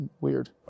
weird